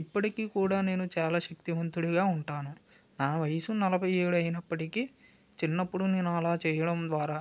ఇప్పటికి కూడా నేను చాలా శక్తివంతుడిగా ఉంటాను నా వయసు నలభై ఏడు అయినప్పటికీ చిన్నప్పుడు నేను అలా చేయడం ద్వారా